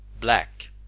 Black